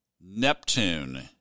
Neptune